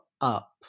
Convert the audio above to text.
up